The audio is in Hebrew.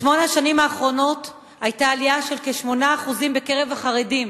בשמונה השנים האחרונות היתה עלייה של כ-8% בקרב החרדים